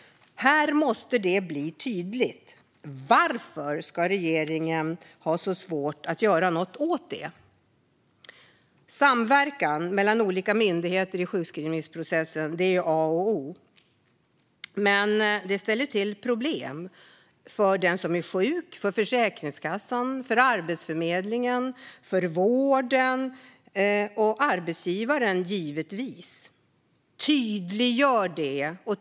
Här måste det bli tydligt. Varför ska regeringen ha så svårt att göra något åt det? Samverkan mellan olika myndigheter i sjukskrivningsprocessen är A och O, men det ställer till problem för den som är sjuk, för Försäkringskassan, för Arbetsförmedlingen, för vården och för arbetsgivaren.